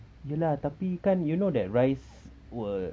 iya lah tapi kan you know that rice will